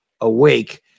awake